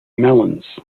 melons